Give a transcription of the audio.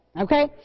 Okay